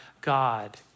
God